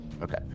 Okay